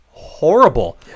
Horrible